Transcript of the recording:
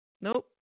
Nope